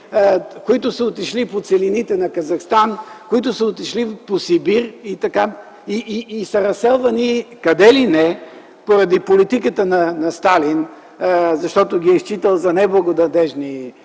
които са отишли по целините на Казахстан, които са отишли в Сибир и са разселвани къде ли не поради политиката на Сталин, защото ги е считал за неблагонадеждни